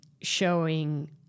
showing